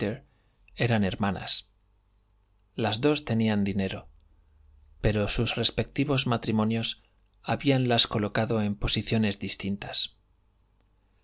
eran hermanas las dos tenían dinero pero sus respectivos matrimonios habíanlas colocado en posiciones distintas